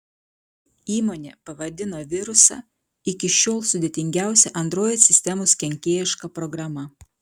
įmonė pavadino virusą iki šiol sudėtingiausia android sistemos kenkėjiška programa